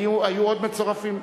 אני מבקש להצביע.